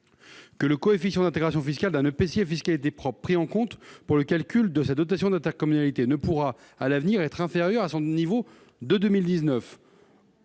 que le coefficient d'intégration fiscale d'un EPCI à fiscalité propre pris en compte pour le calcul de sa dotation d'intercommunalité ne pourra, à l'avenir, être inférieur à son niveau de 2019,